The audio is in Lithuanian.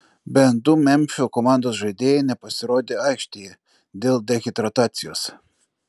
bent du memfio komandos žaidėjai nepasirodė aikštėje dėl dehidratacijos